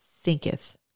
thinketh